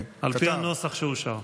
על פי הנוסח שאושר.